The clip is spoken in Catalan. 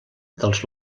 dels